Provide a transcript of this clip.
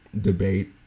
debate